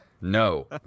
No